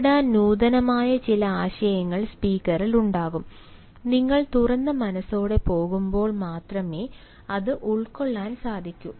പങ്കിടാൻ നൂതനമായ ചില ആശയങ്ങൾ സ്പീക്കറിലുണ്ടാകും നിങ്ങൾ തുറന്ന മനസ്സോടെ പോകുമ്പോൾ മാത്രമേ അത് ഉൾകൊള്ളാൻ സാധ്യമാകൂ